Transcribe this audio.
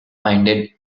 minded